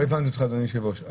לא הבנתי אותך, אדוני היושב-ראש.